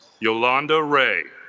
yolanda ray